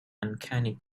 uncanny